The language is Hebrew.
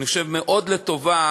אני חושב מאוד לטובה,